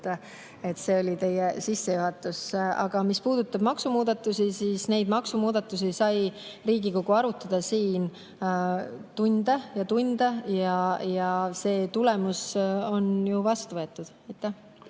See oli teie sissejuhatus. Aga mis puudutab maksumuudatusi – neid maksumuudatusi sai Riigikogu siin arutada tunde ja tunde ning need on ju vastu võetud.